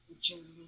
June